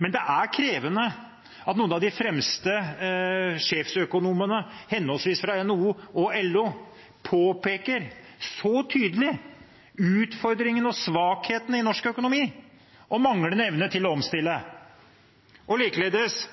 men det er krevende at noen av de fremste sjeføkonomene, henholdsvis fra NHO og LO, påpeker så tydelig utfordringene og svakhetene i norsk økonomi, og den manglende evnen til å omstille, likeledes at det kanskje ikke er den robuste veksten som mange av regjeringsmedlemmene og